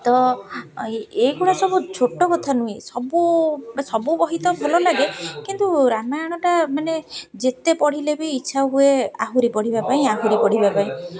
ତ ଏହିଗୁଡ଼ା ସବୁ ଛୋଟ କଥା ନୁହେଁ ସବୁ ସବୁ ବହି ତ ଭଲ ଲାଗେ କିନ୍ତୁ ରାମାୟଣଟା ମାନେ ଯେତେ ପଢ଼ିଲେ ବି ଇଚ୍ଛା ହୁଏ ଆହୁରି ପଢ଼ିବା ପାଇଁ ଆହୁରି ପଢ଼ିବା ପାଇଁ